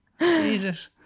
Jesus